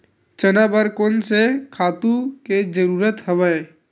चना बर कोन से खातु के जरूरत हवय?